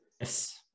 Yes